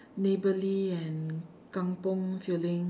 neighbourly and kampung feeling